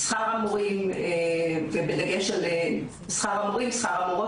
כל עניין שכר המורים ובדגש על שכר המורים והמורות